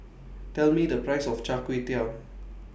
Tell Me The Price of Char Kway Teow